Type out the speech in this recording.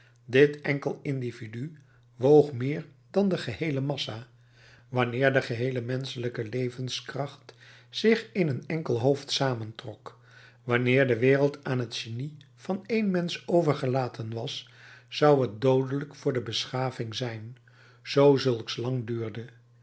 dit enkel individu woog meer dan de geheele massa wanneer de geheele menschelijke levenskracht zich in een enkel hoofd samentrok wanneer de wereld aan het genie van één mensch overgelaten was zou het doodelijk voor de beschaving zijn zoo zulks lang duurde